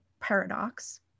paradox